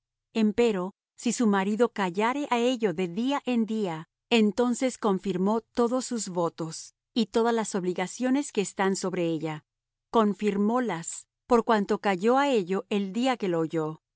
anulará empero si su marido callare á ello de día en día entonces confirmó todos sus votos y todas las obligaciones que están sobre ella confirmólas por cuanto calló á ello el día que lo oyó